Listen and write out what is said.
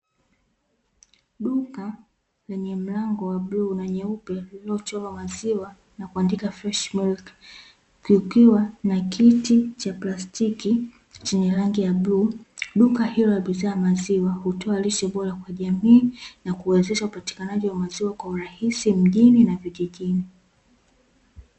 Duka lenye mlango wa bluu na nyeupe lililochorwa maziwa na kuandikwa "FRESH MILK", kikiwa na kiti cha plastiki chenye rangi ya bluu. Duka hilo la bidhaa ya maziwa hutoa lishe bora kwa jamii, na kurahisisha upatikanaji wa maziwa kwa urahisi mjini na vijijini.